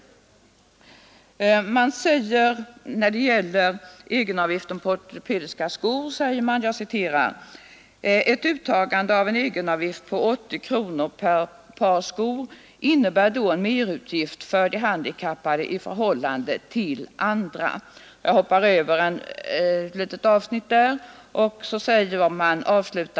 När det gäller egenavgiften på ortopediska skor heter det: ”Ett uttagande av en egenavgift på 80 kronor per par skor innebär då en merutgift för de handikappade i förhållande till andra.